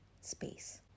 space